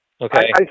Okay